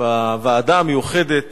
בוועדה המיוחדת